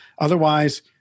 Otherwise